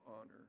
honor